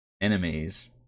enemies